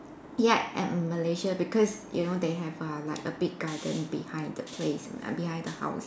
ya at Malaysia because you know they have uh like a big garden behind the place behind the house